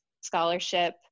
scholarship